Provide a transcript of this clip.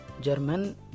German